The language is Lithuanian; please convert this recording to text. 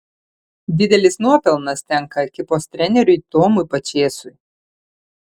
didelis nuopelnas tenka ekipos treneriui tomui pačėsui